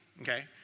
okay